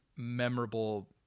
memorable